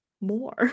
more